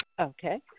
Okay